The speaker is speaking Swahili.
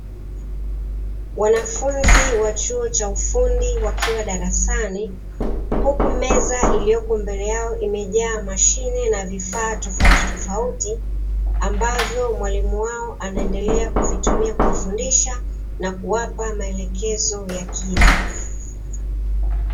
Wanafunzi wa chuo cha ufundi wakiwa darasani, huku meza iliyopo mbele yao imejaa mashine na vifaa tofautitofauti, ambavyo mwalimu wao anaendelea kuvitumia kuwafundisha na kuwapa maelekezo ya kina.